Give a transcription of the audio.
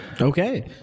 Okay